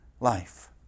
life